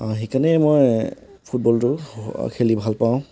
সেইকাৰণেই মই ফুটবলটো খেলি ভাল পাওঁ